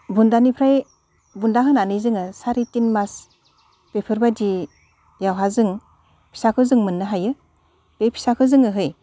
बुन्दानिफ्राय बुन्दा होनानै जोङो साराइ तिन मास बेफोरबायदियावहा जों फिसाखो जों मोननो हायो बे फिसाखो जोङोहै